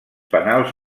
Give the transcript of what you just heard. penals